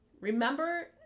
Remember